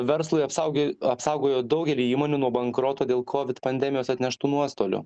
verslui apsaugė apsaugojo daugelį įmonių nuo bankroto dėl covid pandemijos atneštų nuostolių